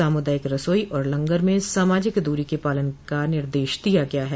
सामुदायिक रसोई और लंगर में सामाजिक दूरी के पालन का निर्देश दिया गया है